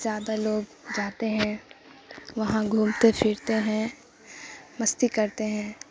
زیادہ لوگ جاتے ہیں وہاں گھومتے پھرتے ہیں مستی کرتے ہیں